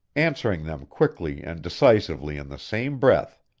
answering them quickly and decisively in the same breath.